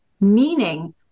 meaning